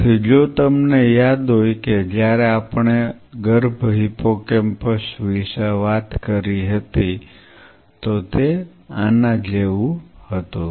તેથી જો તમને યાદ હોય કે જ્યારે આપણે ગર્ભ હિપ્પોકેમ્પસ વિશે વાત કરી હતી તો તે આના જેવું હતું